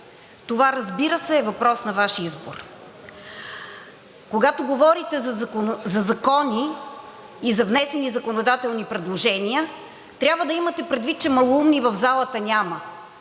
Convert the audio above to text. Това, разбира се, е въпрос на Ваш избор. Когато говорите за закони и за внесени законодателни предложения, трябва да имате предвид, че малоумни в залата няма.